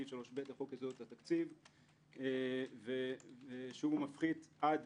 סעיף 3ב לחוק יסודות התקציב שמפחית עד